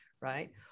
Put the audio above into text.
right